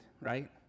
right